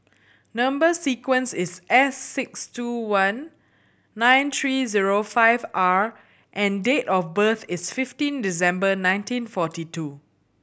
number sequence is S six two one nine three zero five R and date of birth is fifteen December nineteen forty two